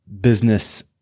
business